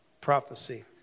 prophecy